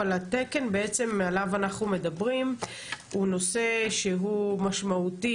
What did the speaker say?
אבל התקן עליו אנחנו מדברים הוא נושא שהוא משמעותי,